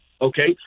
okay